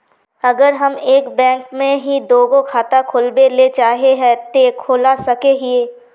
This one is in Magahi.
अगर हम एक बैंक में ही दुगो खाता खोलबे ले चाहे है ते खोला सके हिये?